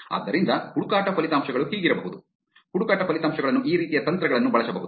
ಆದ್ದರಿಂದ ಹುಡುಕಾಟ ಫಲಿತಾಂಶಗಳು ಹೀಗಿರಬಹುದು ಹುಡುಕಾಟ ಫಲಿತಾಂಶಗಳನ್ನು ಈ ರೀತಿಯ ತಂತ್ರಗಳನ್ನು ಬಳಸಬಹುದು